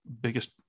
biggest